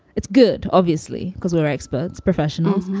it's good, obviously, because we're experts, professionals,